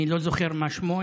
אני לא זוכר מה שמו.